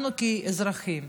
אנחנו כאזרחים,